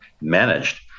managed